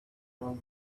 from